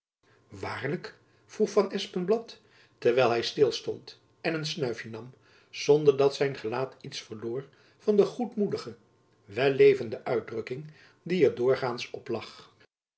waarlijk vroeg van espenblad terwijl hy stil stond en een snuifjen nam zonder dat zijn gelaat iets verloor van de goedmoedige wellevende uitdrukking die er doorgaands op lag